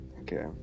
okay